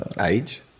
age